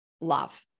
love